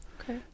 Okay